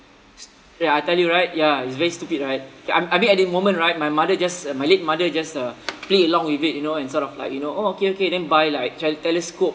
ya I tell you right ya it's very stupid right kay I'm I mean at that moment right my mother just uh my late mother just uh play along with it you know and sort of like you know oh okay okay then buy like te~ telescope